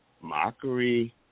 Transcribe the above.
mockery